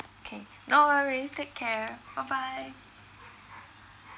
okay no worries take care bye bye